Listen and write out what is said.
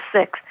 six